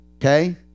okay